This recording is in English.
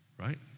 Right